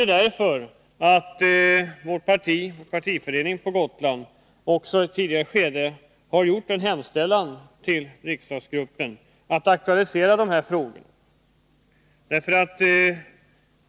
Det gör vi bl.a. därför att vår partiförening på Gotland tidigare har gjort en hemställan till riksdagsgruppen om att vi skall aktualisera de här frågorna.